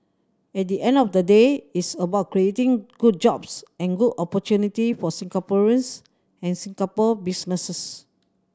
at the end of the day it's about creating good jobs and good opportunity for Singaporeans and Singapore businesses